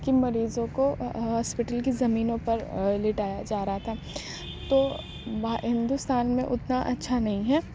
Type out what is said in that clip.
کہ مریضوں کو ہاسپٹل کی زمینوں پر لٹایا جا رہا تھا تو بھا ہندوستان میں اتنا اچھا نہیں ہے